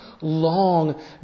long